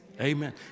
Amen